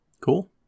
Cool